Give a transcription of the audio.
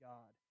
God